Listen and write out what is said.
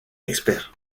experts